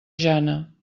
jana